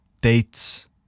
dates